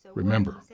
ah remember,